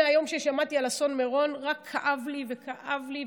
מהיום ששמעתי על אסון מירון רק כאב לי וכאב לי,